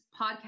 podcast